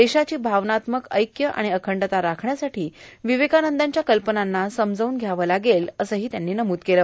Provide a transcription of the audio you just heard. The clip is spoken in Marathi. देशाची भावनात्मक ऐक्य आर्गण अखंडता राखण्यासाठी र्ववेकानंदांच्या कल्पनांना समजावून घ्यावं लागेल असहा त्यांनी नमूद केलं